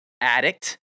addict